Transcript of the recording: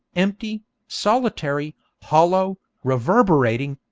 empty, solitary, hollow, reverberating,